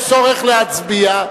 יש צורך להצביע.